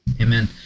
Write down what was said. Amen